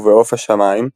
ובעוף השמים,